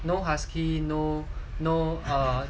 no husky no no uh